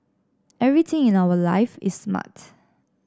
everything in our life is smart